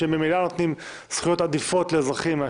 שממילא נותנים זכויות עדיפות לאזרחים על